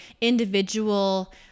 individual